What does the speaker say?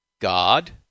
God